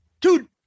dude